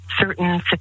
certain